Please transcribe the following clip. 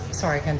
sorry, ken,